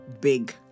big